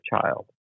child